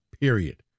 period